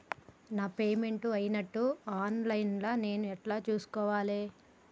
నా పేమెంట్ అయినట్టు online లా నేను ఎట్ల చూస్కోవాలే?